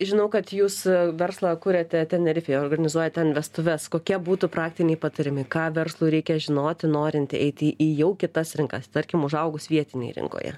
žinau kad jūs verslą kuriate tenerifėje organizuojat ten vestuves kokie būtų praktiniai patarimai ką verslui reikia žinoti norint eiti į jau kitas rinkas tarkim užaugus vietinėj rinkoje